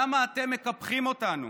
למה אתם מקפחים אותנו?